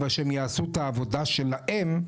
אבל שהם יעשו את העבודה שלהם,